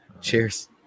Cheers